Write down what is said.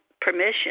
permission